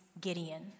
Gideon